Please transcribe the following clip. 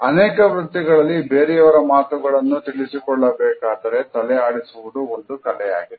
ಅನೇಕ ವೃತ್ತಿಗಳಲ್ಲಿ ಬೇರೆಯವರ ಮಾತುಗಳನ್ನು ತಿಳಿಸಿ ಕೊಳ್ಳಬೇಕಾದರೆ ತಲೆ ಆಡಿಸುವುದು ಒಂದು ಕಲೆಯಾಗಿದೆ